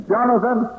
Jonathan